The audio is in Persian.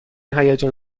هیجان